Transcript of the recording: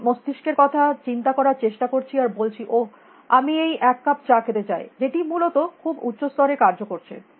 আমি মস্তিস্কের কথা চিন্তা করার চেষ্টা করছি আর বলছি ওহ আমি এই এক কাপ চা খেতে চাই যেটি মূলত খুব উচ্চ স্তরে কার্য করছে